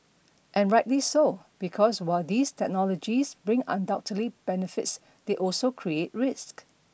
and rightly so because while these technologies bring undoubted benefits they also create risks